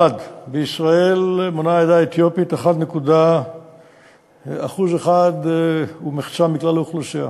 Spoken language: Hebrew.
1. בישראל מונה העדה האתיופית 1.5% מכלל האוכלוסייה,